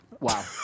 Wow